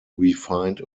refined